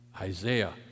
Isaiah